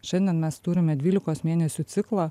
šiandien mes turime dvylikos mėnesių ciklą